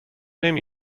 نمی